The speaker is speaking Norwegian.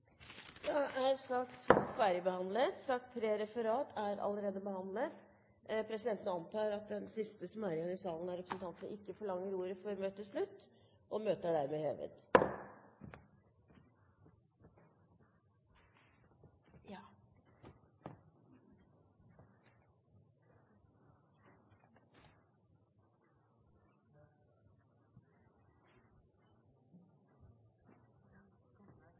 ferdigbehandlet. Sak nr. 3, Referat, er allerede behandlet. Presidenten antar at den siste representanten som er igjen i salen, ikke forlanger ordet før møtet heves. – Møtet er